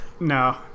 No